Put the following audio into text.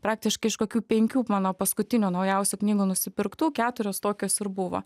praktiškai iš kokių penkių mano paskutinių naujausių knygų nusipirktų keturios tokios ir buvo